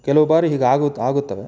ಕೆಲವು ಬಾರಿ ಹೀಗೆ ಆಗುತ್ತೆ ಆಗುತ್ತವೆ